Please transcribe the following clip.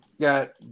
got